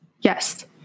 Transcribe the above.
Yes